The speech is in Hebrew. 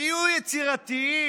תהיו יצירתיים.